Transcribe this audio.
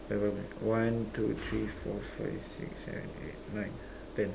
nevermind one two three four five six seven eight nine ten